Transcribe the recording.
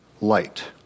light